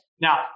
Now